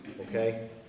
Okay